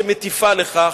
שמטיפים לכך.